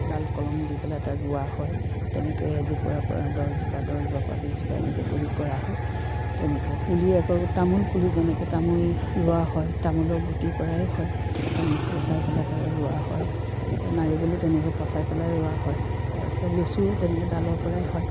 ডাল কলম দি পেলাই তাত ৰোৱা হয় তেনেকৈ এজোপাৰ পৰা দহজোপা দহজোপাৰ পৰা বিছজোপা এনেকৈ কৰি কৰা হয় তেনেকৈ পুলি আকৌ তামোল পুলি যেনেকৈ তামোল ৰোৱা হয় তামোলৰ গুটিৰ পৰাই হয় তামোল পচাই পেলাই তাতে ৰোৱা হয় নাৰিকলো তেনেকৈ পচাই পেলাই ৰোৱা হয় তাৰছত লিচুও তেনেকৈ ডালৰ পৰাই হয়